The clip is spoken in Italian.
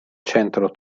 centro